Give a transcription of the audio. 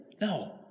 no